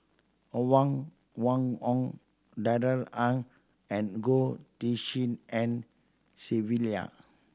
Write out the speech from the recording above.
Huang Wenhong Darrell Ang and Goh Tshin En Sylvia